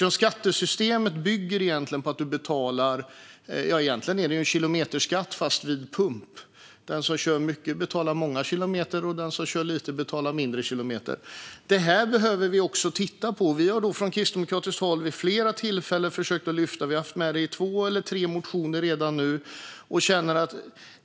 Skattesystemet bygger ju egentligen på att man betalar ett slags kilometerskatt, fast den betalas vid pump. Den som kör mycket betalar för många kilometer, medan den som kör lite betalar mindre. Detta behöver vi också titta på. Från kristdemokratiskt håll har vi vid flera tillfällen försökt lyfta fram detta. Vi har tagit upp det i två eller tre motioner redan.